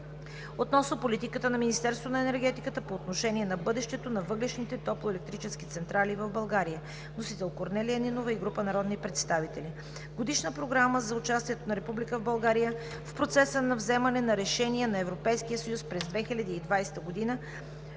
относно политиката на Министерството на енергетиката по отношение на бъдещето на въглищните топлоелектрически централи в България. Вносители – Корнелия Нинова и група народни представители. Годишна програма за участието на Република България в процеса на вземане на решения на Европейския съюз през 2020 г.